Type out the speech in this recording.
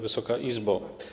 Wysoka Izbo!